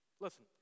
Listen